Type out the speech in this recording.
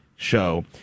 Show